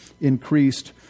increased